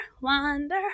wander